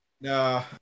no